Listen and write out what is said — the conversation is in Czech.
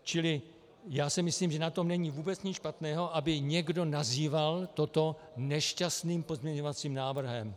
Čili já si myslím, že na tom není vůbec nic špatného, aby někdo nazýval toto nešťastným pozměňovacím návrhem.